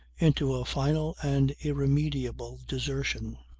into a final and irremediable desertion.